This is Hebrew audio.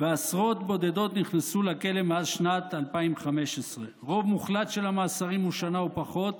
ועשרות בודדות נכנסו לכלא מעל שנת 2015. רוב מוחלט של המאסרים הוא שנה ופחות.